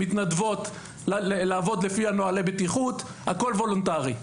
שמתנדבות לעבוד לפי נוהלי הבטיחות; הכל וולונטרי.